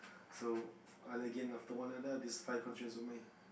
so I again after one another just find conscience with me